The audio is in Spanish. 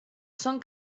son